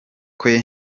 kwe